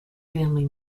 family